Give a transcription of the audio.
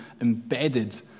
embedded